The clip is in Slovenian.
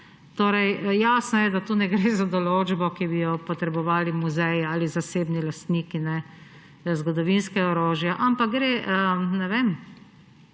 vojska. Jasno je, da tu ne gre za določbo, ki bi jo potrebovali muzeji ali zasebni lastniki zgodovinskega orožja, ampak gre, ne vem,